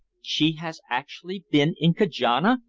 she has actually been in kajana!